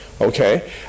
okay